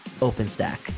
OpenStack